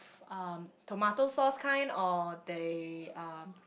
um tomato sauce kind or they um